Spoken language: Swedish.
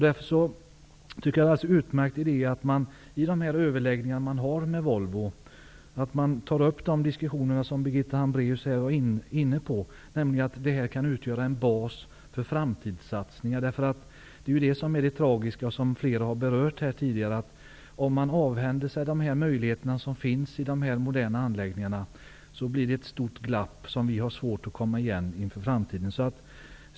Därför tycker jag att det är en utmärkt idé att man vid överläggningarna med Volvo tar upp det som Birgitta Hambraeus var inne på, nämligen att fabrikerna kan utgöra en bas för framtidssatsningar. Det tragiska, som flera har berört här tidigare, är ju att om man avhänder sig de möjligheter som finns i dessa moderna anläggningar blir det ett stort glapp som gör att det blir svårt att komma igen i framtiden.